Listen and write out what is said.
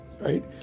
right